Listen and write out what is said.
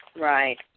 right